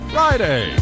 Friday